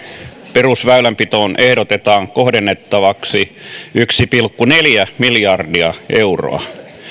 perusväylänpitoon ehdotetaan kohdennettavaksi yksi pilkku neljä miljardia euroa